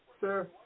Sir